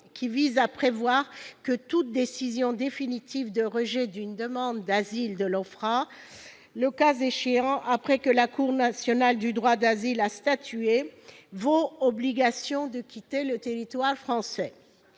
visant à prévoir que toute décision définitive de rejet d'une demande d'asile de l'OFPRA, le cas échéant après que la Cour nationale du droit d'asile a statué, vaut obligation de quitter le territoire français.